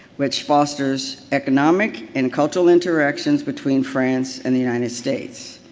which fosters economic and cultural interaction between france and the united states.